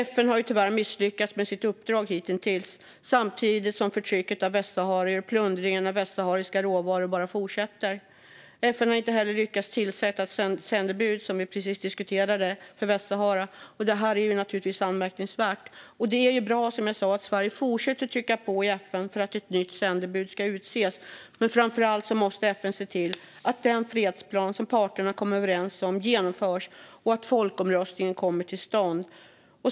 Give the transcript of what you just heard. FN har tyvärr hitintills misslyckats med sitt uppdrag, samtidigt som förtrycket av västsaharier och plundringen av västsahariska råvaror bara fortsätter. FN har inte heller lyckats tillsätta ett sändebud för Västsahara, som vi precis diskuterade, vilket naturligtvis är anmärkningsvärt. Det är som sagt bra att Sverige fortsätter att trycka på i FN för att ett nytt sändebud ska utses. Men framför allt måste FN se till att den fredsplan som parterna kom överens om genomförs och att folkomröstningen kommer till stånd.